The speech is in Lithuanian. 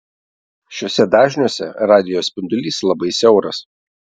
šiuose dažniuose radijo spindulys labai siauras